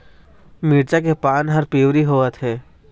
मिरचा के पान हर पिवरी होवथे?